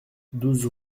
douze